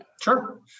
Sure